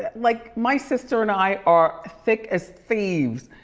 like, my sister and i are thick as thieves.